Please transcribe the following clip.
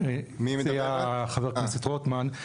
הציע חבר הכנסת רוטמן.